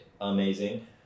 amazing